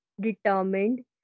determined